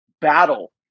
battle